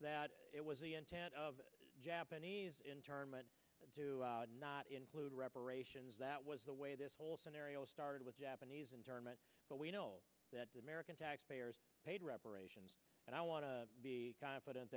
that it was the intent of the japanese internment do not include reparations that was the way this whole scenario started with japanese internment but we know that the american taxpayers paid reparations and i want to be confident